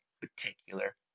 particular